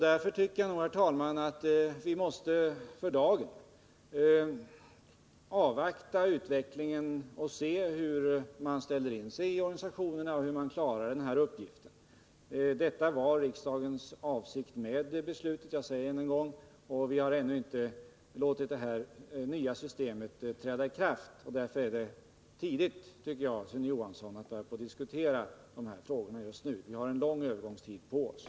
Därför tycker jag, herr talman, att vi för dagen bör avvakta utvecklingen och se hur organisationerna ställer in sig på att klara förändringen. Detta var riksdagens avsikt med beslutet — jag säger det än en gång. Vi har ju ännu inte låtit det nya systemet träda i kraft, och därför, Sune Johansson, är det för tidigt att börja Nr 41 diskutera den här frågan nu. Vi har en lång övergångstid på oss.